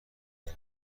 کار